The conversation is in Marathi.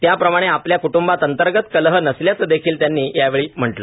त्याप्रमाणे आपल्या क्ट्रंबात अंतर्गत कलह नसल्याचं देखील त्यांनी यावेळी म्हटलं